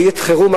בעת חירום,